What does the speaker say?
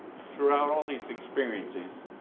throughout all these experiences,